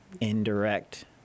indirect